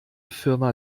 firma